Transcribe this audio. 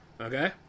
okay